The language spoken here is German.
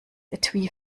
etui